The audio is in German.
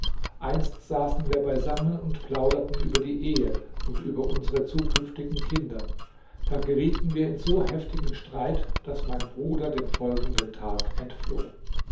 einst saßen wir beisammen und plauderten über die ehe und über unsere zukünftigen kinder da gerieten wir in so heftigen streit daß mein bruder den folgenden tag entfloh